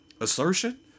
assertion